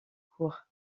court